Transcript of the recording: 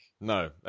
No